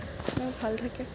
ভাল থাকে